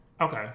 Okay